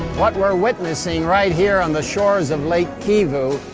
what we're witnessing right here on the shores of lake kivu,